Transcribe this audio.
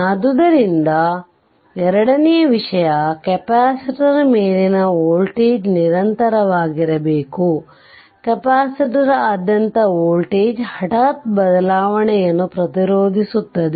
ಆದ್ದರಿಂದ ಎರಡನೇ ವಿಷಯ ಕೆಪಾಸಿಟರ್ ಮೇಲಿನ ವೋಲ್ಟೇಜ್ ನಿರಂತರವಾಗಿರಬೇಕು ಕೆಪಾಸಿಟರ್ ಅದರಾದ್ಯಂತ ವೋಲ್ಟೇಜ್ನ ಹಠಾತ್ ಬದಲಾವಣೆಯನ್ನು ಪ್ರತಿರೋಧಿಸುತ್ತದೆ